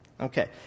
Okay